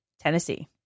Tennessee